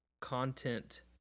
content